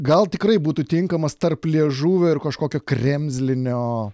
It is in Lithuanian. gal tikrai būtų tinkamas tarp liežuvio ir kažkokio kremzlinio